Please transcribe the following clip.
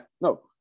No